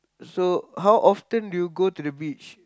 so how often do you go to the beach